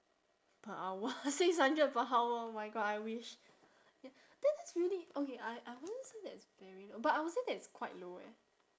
per hour six hundred per hour oh my god I wish then that's really okay I I won't say that's very l~ but I would say that it's quite low eh